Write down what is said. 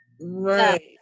right